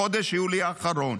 בחודש יולי האחרון,